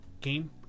Game